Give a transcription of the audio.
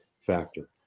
factor